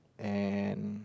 and